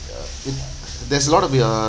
ya if there's a lot of uh